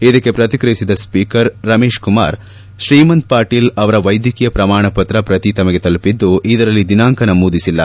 ಇದಕ್ಕೆ ಪ್ರತಿಕ್ರಿಯಿಸಿದ ಸ್ವೀಕರ್ ರಮೇಶ್ ಕುಮಾರ್ ಶ್ರೀಮಂತ್ ಪಾಟೀಲ್ ಅವರ ವೈದ್ಯಕೀಯ ಪ್ರಮಾಣಪ್ರತ್ರ ಪ್ರತಿ ತಮಗೆ ತಲುಪಿದ್ದು ಇದರಲ್ಲಿ ದಿನಾಂಕ ನಮೂದಿಸಿಲ್ಲ